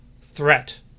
threat